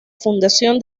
fundación